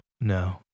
No